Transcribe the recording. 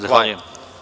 Zahvaljujem.